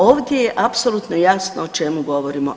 Ovdje je apsolutno jasno o čemu govorimo.